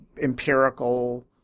empirical